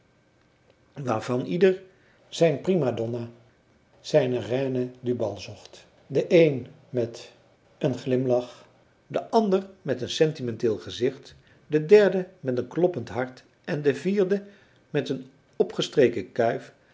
waarvan ieder zijn prima donna zijne reine du bal zocht de een met een glimlach de ander met een sentimenteel gezicht de derde met een kloppend hart en de vierde met een opgestreken kuif